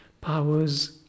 powers